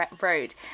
Road